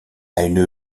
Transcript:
une